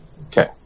Okay